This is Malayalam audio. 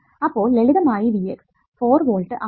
അപ്പോൾ ലളിതമായി V x ഫോർ വോൾട്ട് ആണ്